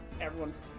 everyone's